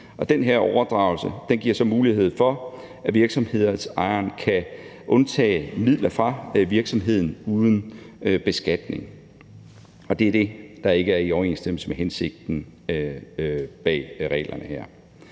den her overdragelse giver så mulighed for, at virksomhedsejeren kan udtage midler fra virksomheden uden beskatning. Det er det, der ikke er i overensstemmelse med hensigten bag reglerne her.